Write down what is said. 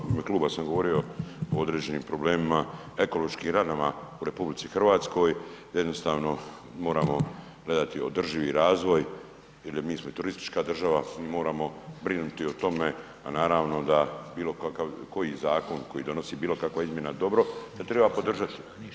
U ime kluba sam govorio o određenim problemima, ekološkim ranama u RH jednostavno moramo gledati održivi razvoj jel mi smo i turistička država, mi moramo brinuti o tome, a naravno da bilo kakav, koji zakon koji donosi bilo kakvu izmjenu na dobro, da triba podržati.